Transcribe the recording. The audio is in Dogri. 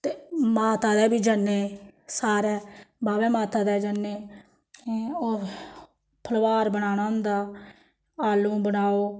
ते माता दे बी जन्नें सारे बाह्वै माता दे जन्नें हैं होर फलोहार बनाना होंदा आलू बनाओ